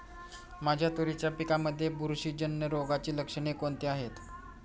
माझ्या तुरीच्या पिकामध्ये बुरशीजन्य रोगाची लक्षणे कोणती आहेत?